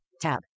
tab